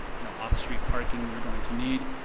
you know, off-street parking we're going to need,